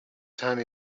time